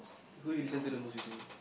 who do you listen to the most recently